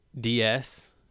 ds